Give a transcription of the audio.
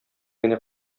генә